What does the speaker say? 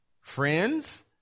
friends